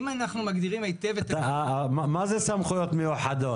מה זה סמכויות מיוחדות?